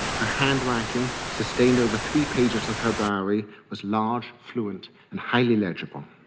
her handwriting, sustained over three pages of her diary, was large, fluent, and highly legible.